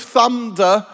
Thunder